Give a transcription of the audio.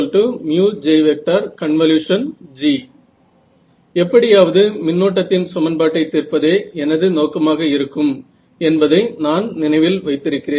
AJG எப்படியாவது மின்னோட்டத்தின் சமன்பாட்டை தீர்ப்பதே எனது நோக்கமாக இருக்கும் என்பதை நான் நினைவில் வைத்திருக்கிறேன்